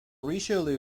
richelieu